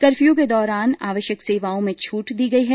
curfew के दौरान आवश्यक सेवाओं में छूट दी गई है